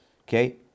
okay